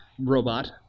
robot